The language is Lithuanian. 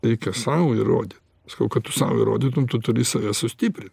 reikia sau įrodyt sakau kad tu sau įrodytum tu turi save sustiprint